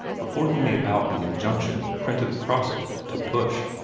before he made out the injunction, printed across it, to push.